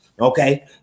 Okay